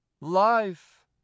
life